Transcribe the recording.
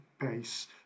base